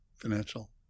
Financial